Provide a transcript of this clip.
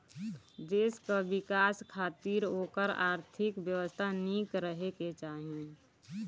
देस कअ विकास खातिर ओकर आर्थिक व्यवस्था निक रहे के चाही